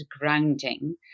grounding